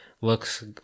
looks